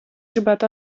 gribētu